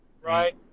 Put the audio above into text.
Right